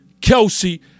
Kelsey